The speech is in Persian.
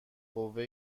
قوه